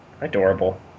Adorable